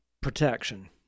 protection